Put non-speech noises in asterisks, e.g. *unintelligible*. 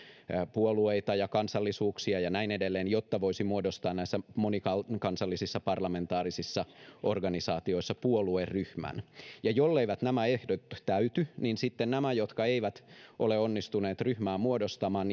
puolueita ja kansallisuuksia ja näin edelleen jotta voisi muodostaa näissä monikansallisissa parlamentaarisissa organisaatioissa puolueryhmän ja jolleivät nämä ehdot täyty niin sitten nämä jotka eivät ole onnistuneet ryhmää muodostamaan *unintelligible*